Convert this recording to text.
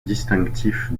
distinctif